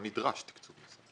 לא נדרש תקצוב נוסף.